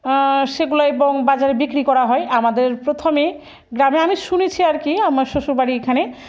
সেগুলো এবং বাজারে বিক্রি করা হয় আমাদের প্রথমে গ্রামে আমি শুনেছি আর কি আমার শ্বশুরবাড়ি এখানে